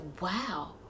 wow